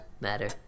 matter